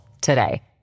today